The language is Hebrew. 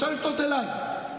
אפשר לפנות אליי.